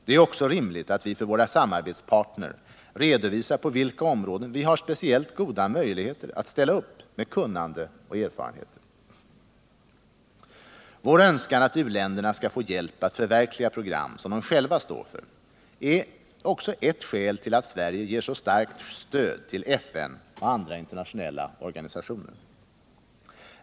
Det är också rimligt att vi för våra samarbetspartner redovisar på vilka områden vi har speciellt goda möjligheter att ställa upp med kunnande och erfarenheter. Vår önskan att u-länderna skall få hjälp att förverkliga program som de själva står för är ett skäl till att Sverige ger ett så starkt stöd till FN och andra internationella organisationer.